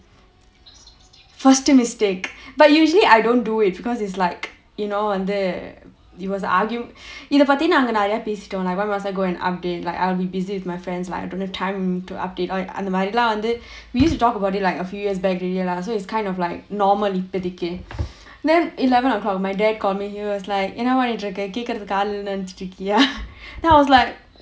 first mistake but usually I don't do it because it's like you know வந்து இது பத்தி நாங்க நிறைய பேசிட்டோம்:vanthu idhu pathi naanga niraiya pesitom why must I go and update like I will be busy with my friends like I don't have time to update அந்த மாதிரிலாம் வந்து:antha maathirilaam vanthu we used to talk about it like a few years back already lah so it's kind of like normal இப்போதைக்கு:ippothaikku then eleven o'clock my dad got me he was like என்னமா கேட்க்குறதுக்கு ஆளு இல்லனு நினைச்சிட்டு இருக்கியா:ennamaa kedkkurathukku aalu illanu ninaichittu irukiyaa then I was like